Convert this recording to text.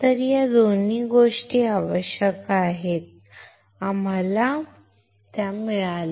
तर या दोन गोष्टी आवश्यक आहेत आम्हाला मिळाल्या